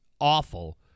awful